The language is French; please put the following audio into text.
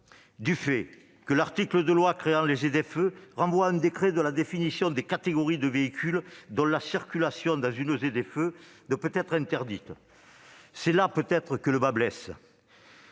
du fait que l'article de loi créant les ZFE renvoie à un décret la définition des catégories de véhicules dont la circulation dans une ZFE ne peut être interdite. C'est sans doute là que le bât blesse.